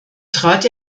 trat